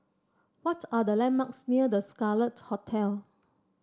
what are the landmarks near The Scarlet Hotel